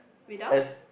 without